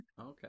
Okay